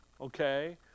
okay